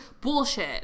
bullshit